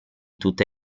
tutte